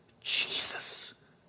Jesus